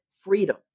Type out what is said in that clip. freedom